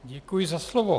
Děkuji za slovo.